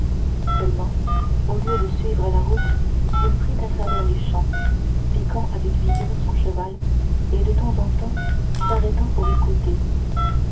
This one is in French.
seulement au lieu de suivre la route il prit à travers champs piquant avec vigueur son cheval et de temps en temps s'arrêtant pour écouter